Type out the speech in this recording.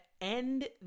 end